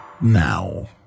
now